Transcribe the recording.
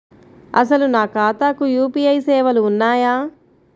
అసలు నా ఖాతాకు యూ.పీ.ఐ సేవలు ఉన్నాయా?